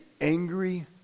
angry